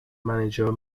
manager